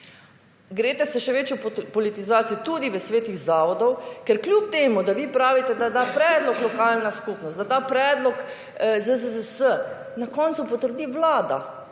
Greste se še večjo politizacijo tudi v svetih zavodov, ker kljub temu, da vi pravite, da da predlog lokalna skupnost, da da predlog ZZZS na koncu potrdi Vlada.